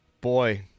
Boy